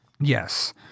yes